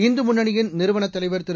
இந்து முள்ளனியின் நிறுவனர் தலைவர் திரு